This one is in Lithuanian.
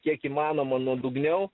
kiek įmanoma nuodugniau